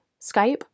Skype